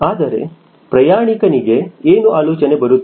ಆದರೆ ಪ್ರಯಾಣಿಕನಿಗೆ ಏನು ಆಲೋಚನೆ ಬರುತ್ತದೆ